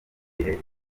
y’ibihe